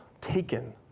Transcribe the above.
taken